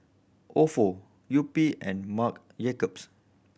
Ofo Yupi and Marc Jacobs